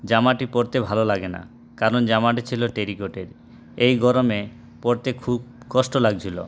জামাটি পরতে ভালো লাগে না কারণ জামাটি ছিল টেরিকটের এই গরমে পরতে খুব কষ্ট লাগছিল